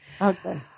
Okay